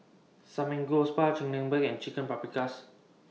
Samgeyopsal Chigenabe and Chicken Paprikas